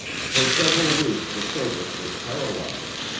for several weeks the service was paralyzed,